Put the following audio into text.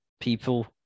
people